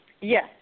Yes